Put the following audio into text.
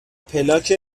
پلاک